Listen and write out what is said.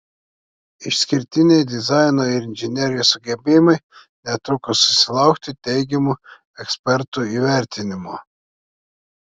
išskirtiniai dizaino ir inžinerijos sugebėjimai netruko susilaukti teigiamų ekspertų įvertinimų